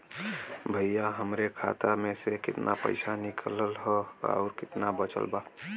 भईया हमरे खाता मे से कितना पइसा निकालल ह अउर कितना बचल बा?